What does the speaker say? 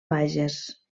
bages